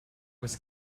was